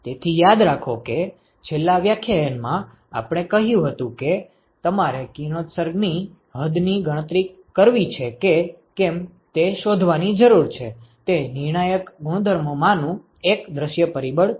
તેથી યાદ રાખો કે છેલ્લા વ્યાખ્યાનમાં આપણે કહ્યું હતું કે તમારે કિરણોત્સર્ગ ની હદની ગણતરી કરવી છે કે કેમ તે શોધવાની જરૂર છે તે નિર્ણાયક ગુણધર્મો માંનું એક દૃશ્ય પરિબળ છે